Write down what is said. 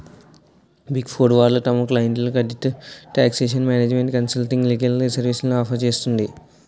big four వాళ్ళు తమ క్లయింట్లకు audit, taxation, management consulting, legal సర్వీస్లను ఆఫర్ చేస్తుంది